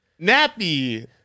Nappy